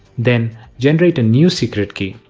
then generate a new secret key.